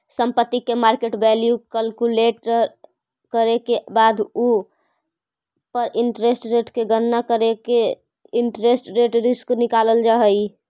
संपत्ति के market value calculate करे के बाद उ पर इंटरेस्ट रेट के गणना करके इंटरेस्ट रेट रिस्क निकालल जा हई